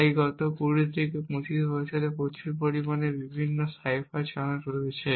তাই গত 20 থেকে 25 বছরে প্রচুর পরিমাণে বিভিন্ন সাইফার চ্যানেল রয়েছে